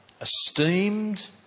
esteemed